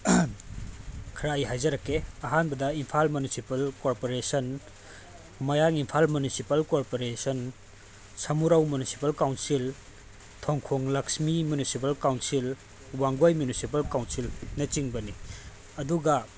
ꯈꯔ ꯑꯩ ꯍꯥꯏꯖꯔꯛꯀꯦ ꯑꯍꯥꯟꯕꯗ ꯏꯝꯐꯥꯜ ꯃ꯭ꯌꯨꯅꯤꯁꯤꯄꯥꯜ ꯀꯣꯑꯣꯄꯔꯦꯁꯟ ꯃꯌꯥꯡ Imphal municipal corporation Samurou municipal council Thongkhong Laxmi municipal council Wangoi municipal ꯀꯥꯎꯟꯁꯤꯜꯅꯆꯤꯡꯕꯅꯤ ꯑꯗꯨꯒ